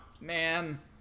man